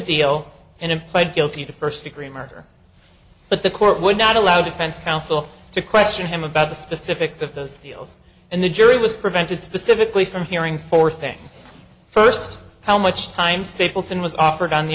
deal and in pled guilty to first degree murder but the court would not allow defense counsel to question him about the specifics of those deals and the jury was prevented specifically from hearing four things first how much time stapleton was offered on the